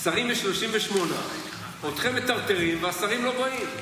שרים יש 38. אתכם מטרטרים, והשרים לא באים.